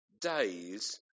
days